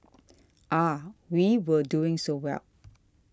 ah we were doing so well